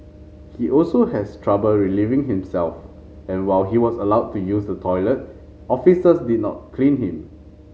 he also has trouble relieving himself and while he was allowed to use the toilet officers did not clean him